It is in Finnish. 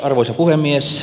arvoisa puhemies